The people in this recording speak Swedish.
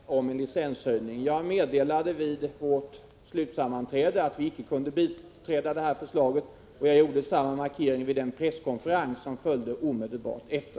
Herr talman! Nej, vi var inte överens i den parlamentariska beredningen om en licenshöjning. Jag meddelade vid vårt slutsammanträde att vi icke kunde biträda förslaget, och jag gjorde samma markering vid den presskonferens som följde omedelbart därefter.